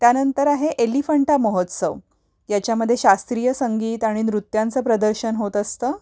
त्यानंतर आहे एलिफंटा महोत्सव याच्यामध्ये शास्त्रीय संगीत आणि नृत्यांचं प्रदर्शन होत असतं